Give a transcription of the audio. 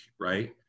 right